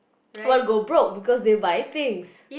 well go broke because they buy things